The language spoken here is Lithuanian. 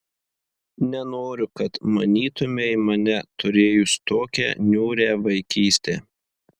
nenoriu kad manytumei mane turėjus tokią niūrią vaikystę